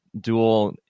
dual